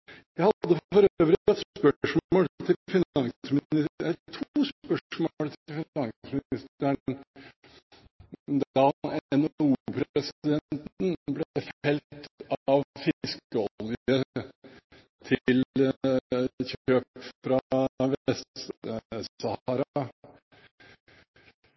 Jeg hadde for øvrig to spørsmål til finansministeren da NHO-presidenten ble felt av fiskeolje ved kjøp fra